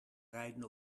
rijden